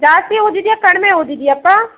ಜಾಸ್ತಿ ಊದಿದೆಯಾ ಕಡಿಮೆ ಊದಿದೆಯಾಪ್ಪ